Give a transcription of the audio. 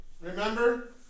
Remember